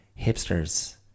Hipsters